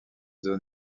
zone